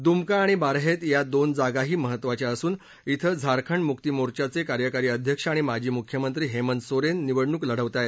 दुमका आणि बारहेत या दोन जागाही महत्त्वाच्या असून इथं झारखंड मुक्ती मोर्चाचे कार्यकारी अध्यक्ष आणि माजी मुख्यमंत्री हस्ति सोस्तनिवडणूक लढवत आहेत